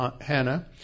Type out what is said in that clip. Hannah